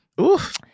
Oof